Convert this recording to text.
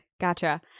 Gotcha